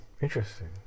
Interesting